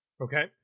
Okay